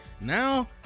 Now